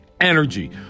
energy